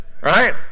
Right